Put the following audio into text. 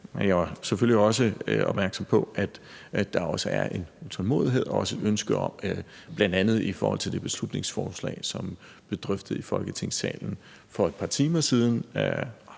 Jeg er selvfølgelig også opmærksom på, at der er en utålmodighed, og i forhold til det beslutningsforslag, som blev drøftet i Folketingssalen tidligere